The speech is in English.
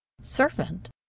Servant